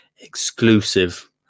exclusive